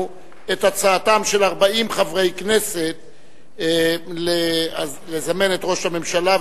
את הצעתם של 40 חברי הכנסת לזמן את ראש הממשלה,